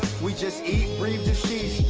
we just eat breathe disease